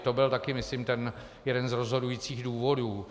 To byl taky myslím ten jeden z rozhodujících důvodů.